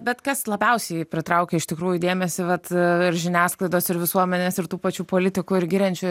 bet kas labiausiai pritraukia iš tikrųjų dėmesį vat ir žiniasklaidos ir visuomenės ir tų pačių politikų ir giriančių